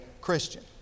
Christian